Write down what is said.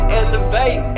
elevate